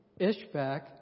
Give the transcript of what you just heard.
Ishbak